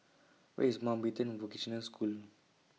Where IS Mountbatten Vocational School